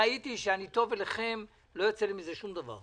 ראיתי, כשאני טוב אליכם, לא יוצא לי מזה שום דבר.